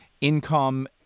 income